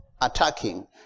attacking